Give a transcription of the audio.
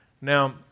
Now